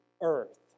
earth